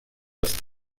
ist